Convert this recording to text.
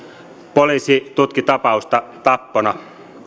poliisi tutki tapausta tappona